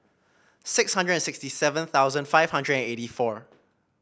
six hundred and sixty seven thousand five hundred and eighty four